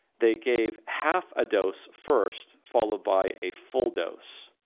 they gave half a dose first, followed by a full dose.